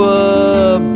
up